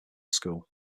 school